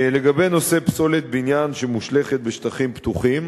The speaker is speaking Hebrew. לגבי נושא פסולת בניין שמושלכת בשטחים פתוחים,